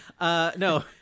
No